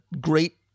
great